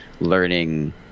learning